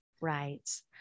Right